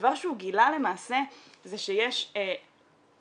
הדבר שהוא גילה למעשה זה שיש מסמכים